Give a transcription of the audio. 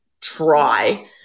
try